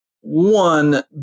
one